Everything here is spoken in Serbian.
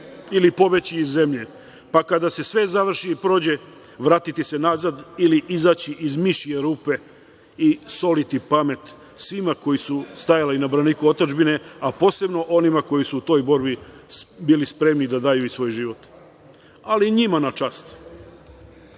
ili pobeći iz zemlje, pa kada se sve završi i prođe, vratiti se nazad, ili izaći iz mišije rupe i soliti pamet svima koji su stajali na braniku otadžbine, a posebno onima koji su u toj borbi bili spremni da daju i svoj život ali njima na čast. Mi,